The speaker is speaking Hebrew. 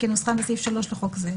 כנוסחן בסעיף 3 לחוק זה,